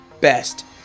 best